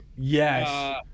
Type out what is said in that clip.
Yes